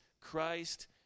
Christ